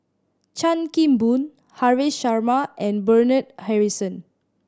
Chan Kim Boon Haresh Sharma and Bernard Harrison